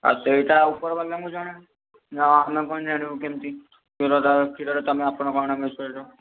ସେଇଟା ଉପରବାଲାଙ୍କୁ ଜଣା ଆମେ କଣ ଜାଣିବୁ କେମ୍ତି କ୍ଷୀରଟା କ୍ଷୀରରେ ତମେ ଆପଣ କଣ ମିଶେଇଲେ